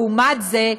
לעומת זה,